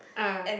ah